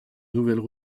nouvelles